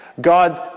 God's